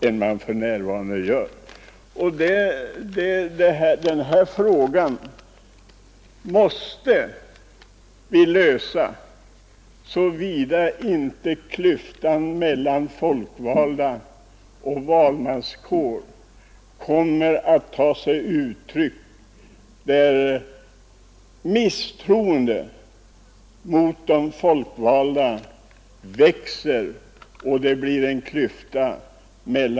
Vi måste verkligen lösa detta problem så att inte det avstånd som i dag faktiskt finns mellan folk och valmanskår resulterar i att folkets missnöje växer och till slut blir en formlig klyfta.